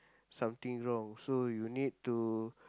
something wrong so you need to